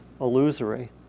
illusory